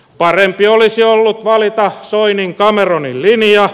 parempi olisi ollut valita soinincameronin linja